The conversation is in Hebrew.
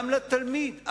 גם לתלמיד,